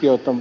joku